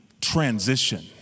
transition